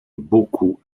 beaucoup